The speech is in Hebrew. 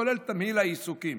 כולל תמהיל העיסוקים.